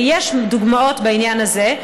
ויש דוגמאות בעניין הזה,